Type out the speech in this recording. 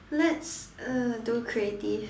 let's uh do creative